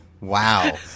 Wow